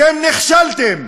אתם נכשלתם,